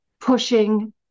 pushing